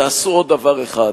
תעשו עוד דבר אחד,